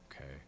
okay